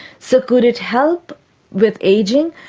so could it help with ageing?